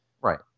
right